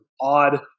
odd